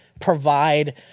provide